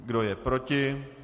Kdo je proti?